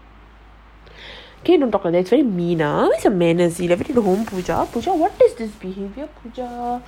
can you don't talk like that is very mean ah where's your manners you never bring it home Pooja